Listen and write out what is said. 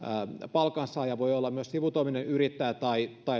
palkansaaja voi olla myös sivutoiminen yrittäjä tai